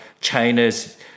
China's